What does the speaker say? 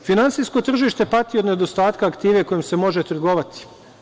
Finansijsko tržište pati od nedostatka aktive kojom se može trgovati.